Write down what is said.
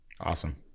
Awesome